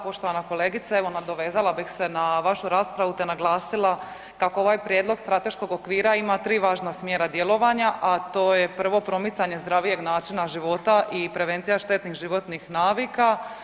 Poštovana kolegice, evo nadovezala bih se na vašu raspravu te naglasila kako ovaj prijedlog strateškog okvira ima tri važna smjera djelovanja a to je prvo promicanje zdravijeg načina života i prevencija štetnih životnih navika.